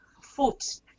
foot